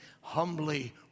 humbly